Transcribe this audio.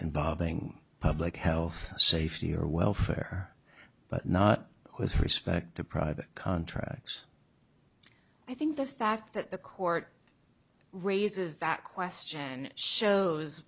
involving public health safety or welfare but not with respect to private contracts i think the fact that the court raises that question shows